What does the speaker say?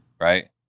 Right